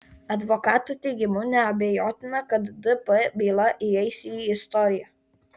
advokato teigimu neabejotina kad dp byla įeis į istoriją